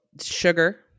sugar